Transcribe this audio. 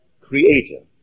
creator